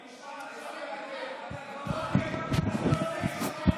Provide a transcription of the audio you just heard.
בבחירות הבאות אתה לא נכנס בכלל.